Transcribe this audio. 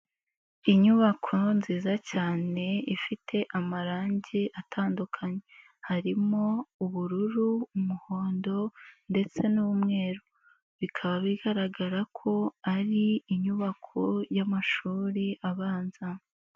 Inyubako nziza cyane ifite amarange atandukanye harimo ubururu, umuhondo, ndetse n'umweru, bikaba bigaragara ko ari inyubako y'amashuri abanza.